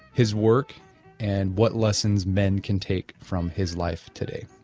his work and what lessons man can take from his life today.